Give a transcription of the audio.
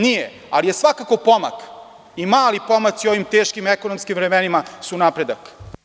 Nije, ali je svakako pomak i mali pomaci u ovim teškim ekonomskim vremenima su napredak.